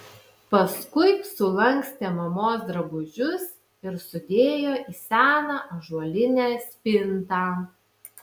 paskui sulankstė mamos drabužius ir sudėjo į seną ąžuolinę spintą